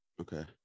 Okay